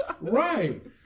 Right